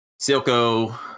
Silco